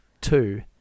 two